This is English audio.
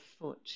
foot